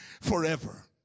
forever